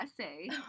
essay